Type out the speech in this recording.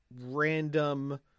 random